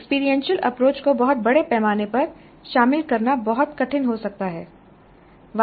experiential approach को बहुत बड़े पैमाने पर शामिल करना बहुत कठिन हो सकता है